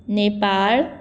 Nepal